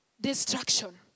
destruction